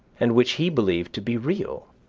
and which he believed to be real.